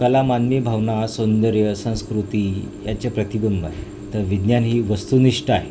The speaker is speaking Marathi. कला मानवी भावना सौंदर्य संस्कृती याचे प्रतिबिंब आहे तर विज्ञान ही वस्तुनिष्ठ आहे